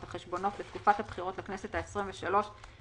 החשבונות לתקופת הבחירות לכנסת העשרים ושלוש,